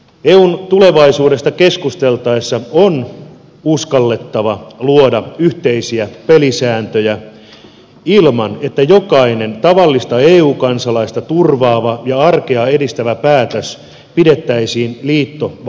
eun tulevaisuudesta keskusteltaessa on uskallettava luoda yhteisiä pelisääntöjä ilman että jokainen tavallista eu kansalaista turvaava ja arkea edistävä päätös pidettäisiin liittovaltiokehityksenä